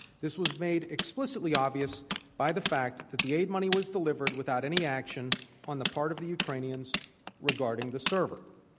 this was made explicitly obvious by the fact that the aid money was delivered without any action on the part of the ukrainians regarding the server.